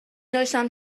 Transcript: داشتم